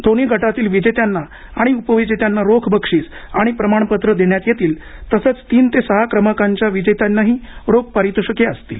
दोन्ही गटातील विजेत्यांना आणि उपविजेत्यांना रोख बक्षीस आणि प्रमाणपत्र देण्यात येतील तसंच तीन ते सहा क्रमांकाच्या विजेत्यांनाही रोख पारितोषिके असतील